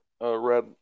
red